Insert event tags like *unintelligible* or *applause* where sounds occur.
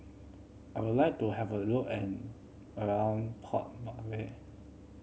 I would like to have a look and around Port *unintelligible*